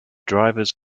drivers